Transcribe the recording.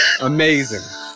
Amazing